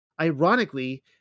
Ironically